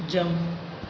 jump